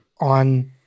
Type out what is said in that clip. on